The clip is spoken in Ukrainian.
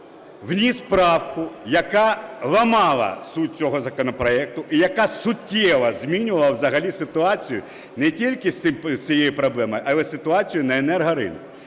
вніс правку, яка ламала суть цього законопроекту і яка суттєво змінювала взагалі ситуацію не тільки з цією проблемою, але і ситуацію на енергоринку.